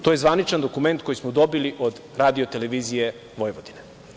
To je zvaničan dokument koji smo dobili od Radio-televizije Vojvodine.